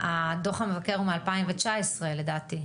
הדוח המבקר הוא מ-2019 לדעתי.